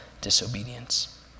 disobedience